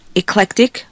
eclectic